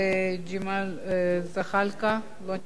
ג'מאל זחאלקה, לא נמצא,